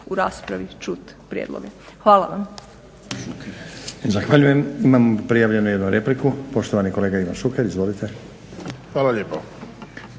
u raspravi čut prijedloge. Hvala vam.